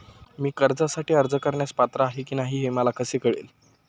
मी कर्जासाठी अर्ज करण्यास पात्र आहे की नाही हे मला कसे कळेल?